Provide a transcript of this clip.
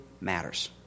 matters